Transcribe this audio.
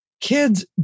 Kids